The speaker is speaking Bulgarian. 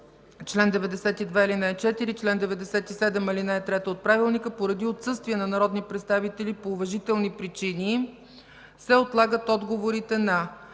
чл. 92, ал. 4 и чл. 97, ал. 3 от Правилника, поради отсъствие на народни представители по уважителни причини се отлагат отговорите на: